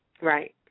Right